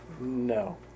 No